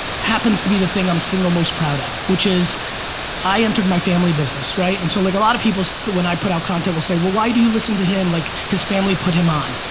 happens to be the thing i'm single most proud of, which is i entered my family business, right? and so like a lot of people when i put out contact will say, well why do you listen to him, like his family put him on.